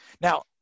Now